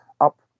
up